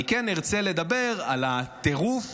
אני כן ארצה לדבר על הטירוף